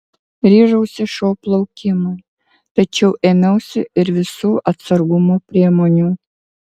ryžausi šou plaukimui tačiau ėmiausi ir visų atsargumo priemonių